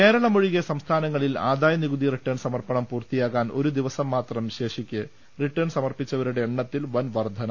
കേരളമൊഴികെ സംസ്ഥാനങ്ങളിൽ ആദായനികുതി റിട്ടേൺ സമർപ്പണം പൂർത്തിയാകാൻ ഒരു ദിവസം മാത്രം ശേഷിക്കെ റിട്ടേൺ സമർപ്പിച്ചവരുടെ എണ്ണത്തിൽ വൻ വർധന